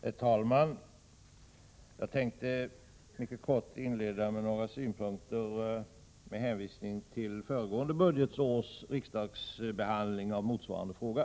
Herr talman! Jag tänkte i korthet inleda med några synpunkter på föregående års riksdagsbehandling av motsvarande fråga.